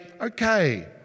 okay